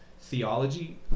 theology